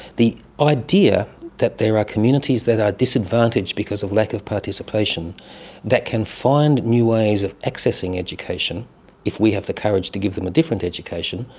the idea that there are communities that are disadvantaged because of lack of participation that can find new ways of accessing education if we have the courage to give them a different education,